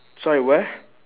sorry where